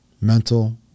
mental